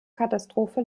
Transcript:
katastrophe